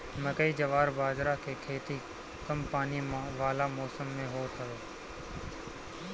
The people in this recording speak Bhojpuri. मकई, जवार बजारा के खेती कम पानी वाला मौसम में होत हवे